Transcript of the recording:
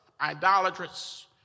idolatrous